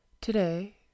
Today